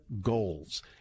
goals